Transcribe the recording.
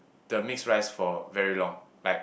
the mix rice for very long like